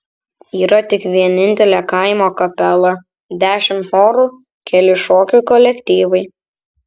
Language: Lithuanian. yra tik vienintelė kaimo kapela dešimt chorų keli šokių kolektyvai